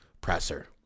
presser